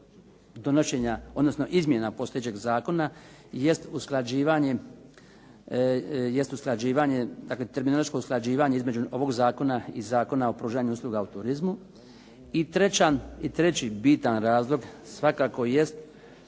zakona jest usklađivanje, dakle terminološko usklađivanje između ovog zakona i Zakona pružanja usluga u turizmu. I treći bitan razlog svakako